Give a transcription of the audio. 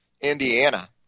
Indiana